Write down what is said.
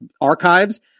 archives